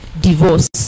divorce